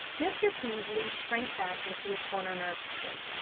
mr. peaslee shrank back into his corner nervously.